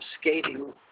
skating